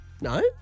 No